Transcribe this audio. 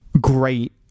great